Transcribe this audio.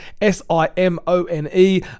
S-I-M-O-N-E